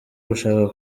gushaka